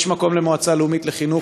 יש מקום למועצה לאומית לחינוך,